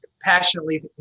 passionately